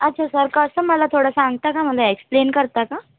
अच्छा सर कसं मला थोडं सांगता का मला एक्सप्लेन करता का